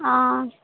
অঁ